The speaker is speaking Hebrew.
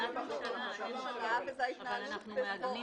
בהחלטת הממשלה וזו ההתנהלות.